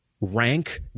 rank